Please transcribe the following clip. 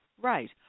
Right